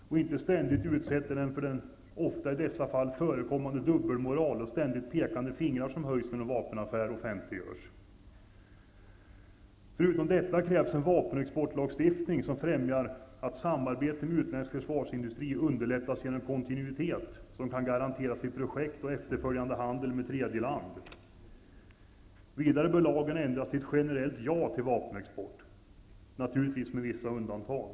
Vi får inte ständigt utsätta försvarsindustrin för den så ofta i dessa fall förekommande dubbelmoralen och det ständigt pekande finger som höjs när en vapenaffär offentliggörs. Förutom detta krävs en vapenexportlagstiftning som främjar att samarbete med utländsk försvarsindustri underlättar genom kontinuitet som kan garanteras vid projekt och efterföljande handel med tredje land. Vidare bör lagen ändras till ett generellt ja till vapenexport, naturligtvis med vissa undantag.